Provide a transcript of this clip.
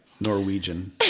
norwegian